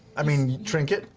i mean trinket.